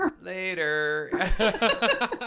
Later